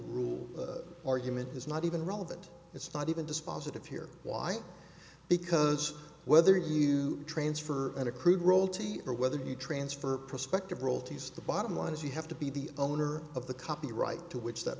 rule argument is not even relevant it's not even dispositive here why because whether you transfer in a crude role t or whether you transfer prospective royalties the bottom line is you have to be the owner of the copyright to which that